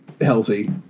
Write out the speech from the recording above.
healthy